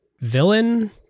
villain